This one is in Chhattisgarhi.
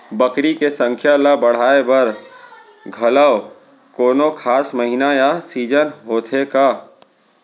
बकरी के संख्या ला बढ़ाए बर घलव कोनो खास महीना या सीजन होथे का?